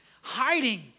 hiding